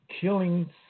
killings